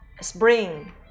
Spring